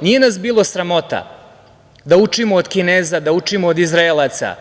Nije nas bilo sramota da učimo od Kineza, da učimo od Izraelaca,